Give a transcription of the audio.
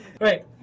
Right